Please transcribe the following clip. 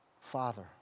Father